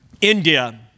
India